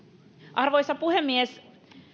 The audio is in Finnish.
arvoisa puhemies